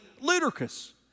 ludicrous